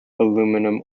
aluminum